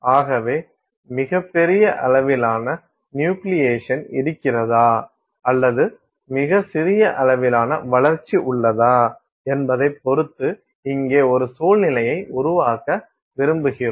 ஆகவே மிகப் பெரிய அளவிலான நியூக்ளியேஷன் இருக்கிறதா அல்லது மிக சிறிய அளவிலான வளர்ச்சி உள்ளதா என்பதை பொருத்து இங்கே ஒரு சூழ்நிலையை உருவாக்க விரும்புகிறோம்